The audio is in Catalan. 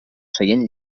seient